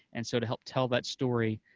and so to help tell that story,